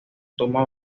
toma